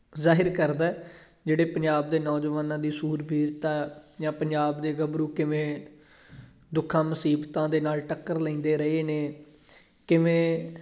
ਜ਼ਾਹਰ ਕਰਦਾ ਜਿਹੜੇ ਪੰਜਾਬ ਦੇ ਨੌਜਵਾਨਾਂ ਦੀ ਸੂਰਬੀਰਤਾ ਜਾਂ ਪੰਜਾਬ ਦੇ ਗੱਭਰੂ ਕਿਵੇਂ ਦੁੱਖਾਂ ਮੁਸੀਬਤਾਂ ਦੇ ਨਾਲ ਟੱਕਰ ਲੈਂਦੇ ਰਹੇ ਨੇ ਕਿਵੇਂ